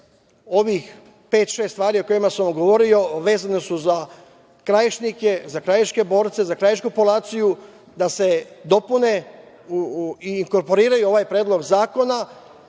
ovih pet, šest stvari, o kojima sam vam govorio, a vezana su za krajišnike, za krajiške borce, za krajišku polaciju, da se dopune i korporiraju ovaj Predlog zakona